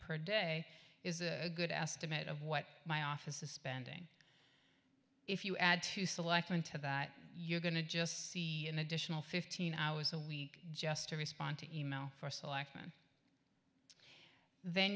per day is a good estimate of what my office is spending if you add to select into that you're going to just see an additional fifteen hours a week just to respond to e mail for selectman then